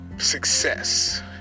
success